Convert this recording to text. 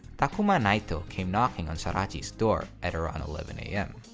takuma naito came knocking on sorachi's door at around eleven am.